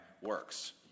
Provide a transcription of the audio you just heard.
works